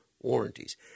warranties